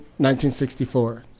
1964